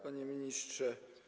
Panie Ministrze!